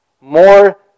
more